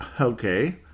okay